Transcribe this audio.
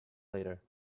later